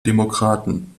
demokraten